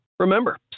Remember